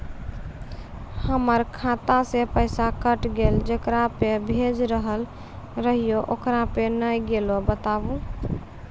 हमर खाता से पैसा कैट गेल जेकरा पे भेज रहल रहियै ओकरा पे नैय गेलै बताबू?